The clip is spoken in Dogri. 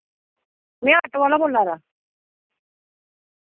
मैं आटो आह्ला बोल्ला दा